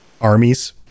armies